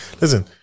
listen